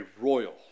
royal